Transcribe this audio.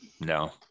No